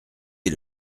est